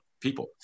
people